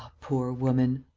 poor woman!